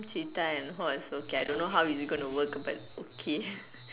cheetah and horse okay I don't know how is it gonna work but okay